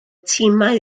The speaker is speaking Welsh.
timau